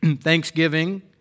Thanksgiving